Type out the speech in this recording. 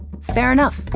fair enough.